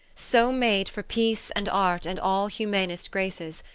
so made for peace and art and all humanest graces,